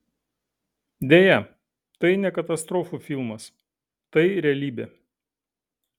deja tai ne katastrofų filmas tai realybė